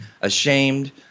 ashamed